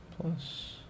plus